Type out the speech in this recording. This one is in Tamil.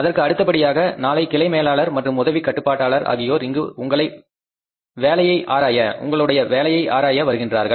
இதற்கு அடுத்தபடியாக நாளை கிளை மேலாளர் மற்றும் உதவி கட்டுப்பாட்டாளர் ஆகியோர் இங்கு உங்களுடைய வேலையை ஆராய வருகின்றார்கள்